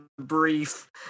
brief